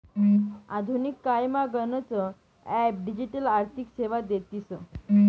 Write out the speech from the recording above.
आधुनिक कायमा गनच ॲप डिजिटल आर्थिक सेवा देतीस